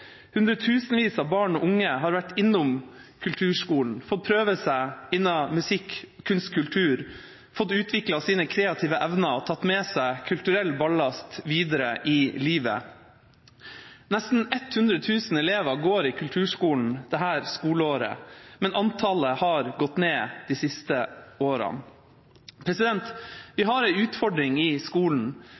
Hundretusenvis av barn og unge har vært innom kulturskolen, fått prøvd seg innen musikk, kunst og kultur, fått utviklet sine kreative evner og tatt med seg kulturell ballast videre i livet. Nesten 100 000 elever går i kulturskolen dette skoleåret, men antallet har gått ned de siste årene. Vi har en utfordring i skolen.